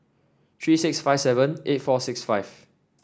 three six five seven eight four six five